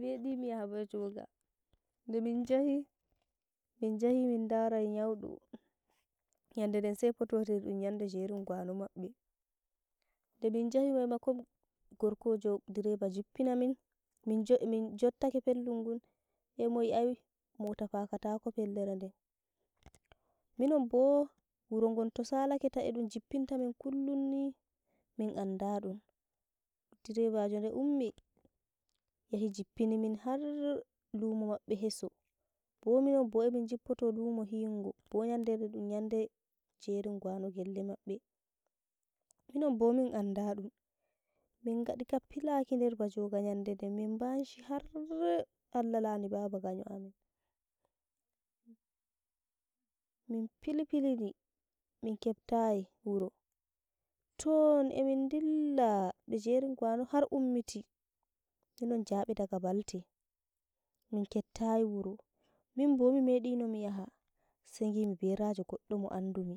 Meɗi yaha Bajoga, demin njahi minjahi min darai nyaudo, nyaɗereɗen sai fototiri ɗum nyande jerin gwano maɓɓe, demin jahi maimakon gorkojo direba jippinamin min jo- min jottake pellun gun hei mowiv ai mota paakatako pellere den, minonbo wurogon to salake ta enɗun jippin tamin kullum nii, min andaɗum, direbajo de ummi yahi jippinimin har lumo maɓɓe heso, bo minon bo emin jippoto lumo hingo, bo nyadere ɗen ɗum nyandere jerin gwano gelle maɓɓe, minon bo min anɗaum mingaɗi ka pilaki nder bajoga min banshi haar Allah laani ganyo baaba amin. Min pili pili n min keptayi wuro, toon emin ndilla, 6e jerin har ummiti, minon jabe daga balte min kettai wuro, minbo mimeɗino miyaha, sai gimi berajo goɗɗo mo andumi,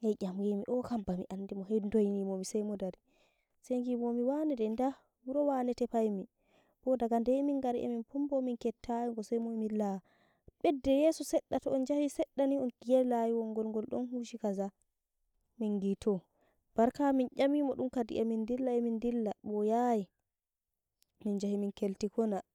hei nyamaimi okam bami andimo hei doiniimo mi saimo darii, sai gimi wane dai nda, wuro wane tefaimi bo aga deye min gari emin Pombo bomin keptayiho, sai mowi laa, ɓedde yeso seɗɗa to'on jahi seɗɗani on gi'ai layiwol ngol ɗon hushi kaza, mingi too. Barka min nyamimo ɗum kadi emin ndilla emin ndilla boyayi min yaji min kelti